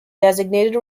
designated